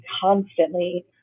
constantly